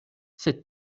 sed